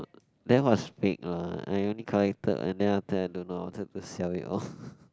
that was fake lah I only collected and then after I don't know wanted to sell it off